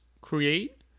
create